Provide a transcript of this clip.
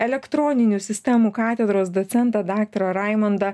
elektroninių sistemų katedros docentą daktarą raimundą